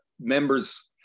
members